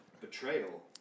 betrayal